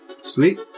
Sweet